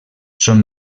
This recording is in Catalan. són